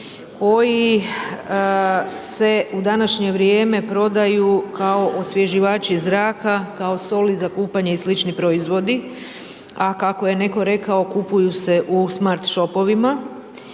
koji se u današnje vrijeme prodaju kao osvježivači zraka, kao soli za kupanje i slični proizvodi, a kako je netko rekao, kupuju se u smart shopovima.